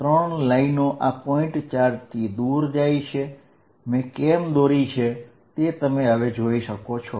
આ ત્રણ લાઈનો આ પોઈન્ટ ચાર્જ થી દૂર જાય છે જેને હું આ રીતે ડિનોટ કરી રહ્યો છું